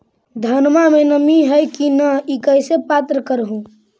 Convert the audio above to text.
धनमा मे नमी है की न ई कैसे पात्र कर हू?